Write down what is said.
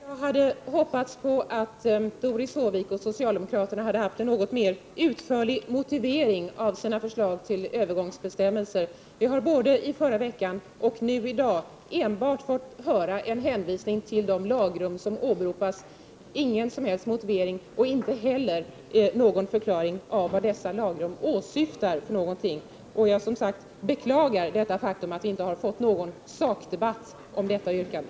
Fru talman! Jag hade hoppats på att Doris Håvik och socialdemokraterna skulle ha haft en något mer utförlig motivering av sitt förslag till övergångsbestämmelser. Vi har både i förra veckan och nu i dag enbart fått höra en hänvisning till de lagrum som åberopas — ingen som helst motivering och inte heller någon förklaring av vad dessa lagrum åsyftar för någonting. Som sagt: Jag beklagar det faktum att vi inte har fått någon sakdebatt om detta yrkande.